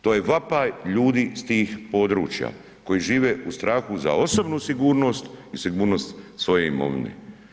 To je vapaj ljudi s tim područja koji žive u strahu za osobnu sigurnost i sigurnost svoje imovine.